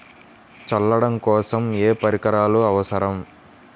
చల్లడం కోసం ఏ పరికరాలు అవసరం?